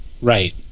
Right